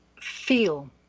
feel